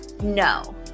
No